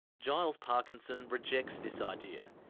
giles parkinson rejects this idea.